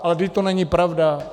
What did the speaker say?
Ale vždyť to není pravda.